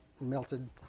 melted